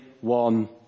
one